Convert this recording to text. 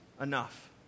enough